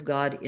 God